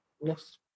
Yes